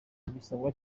abisabwe